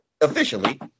officially